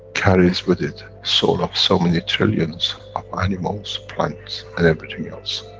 carries with it, soul of so many trillions of animals, plants and everything else.